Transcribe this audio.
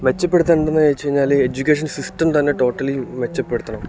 മെച്ചപ്പെടുത്തണ്ടേന്നു ചോദിച്ചുകഴിഞ്ഞാല് എഡ്യൂക്കേഷൻ സിസ്റ്റന്തന്നെ ടോട്ടലീ മെച്ചപ്പെടുത്തണം